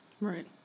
Right